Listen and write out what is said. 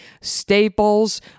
staples